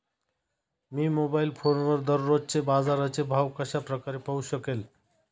मी mobile फोनवर दररोजचे बाजाराचे भाव कशा प्रकारे पाहू शकेल?